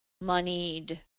moneyed